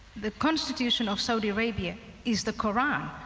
the constitution of saudi arabia is the curan.